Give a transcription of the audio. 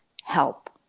help